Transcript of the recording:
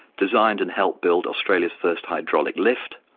designed and helped build australia's first hydraulic lift,